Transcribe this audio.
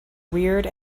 weird